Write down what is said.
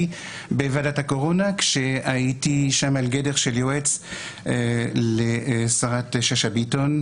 בוועדת הקורונה כשהייתי שם על גדר של יועץ לשרה שאשא ביטון,